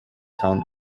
town